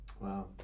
Wow